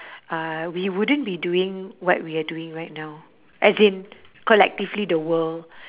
uh we wouldn't be doing what we are doing right now as in collectively the world